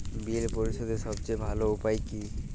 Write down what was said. বিল পরিশোধের সবচেয়ে ভালো উপায় কী?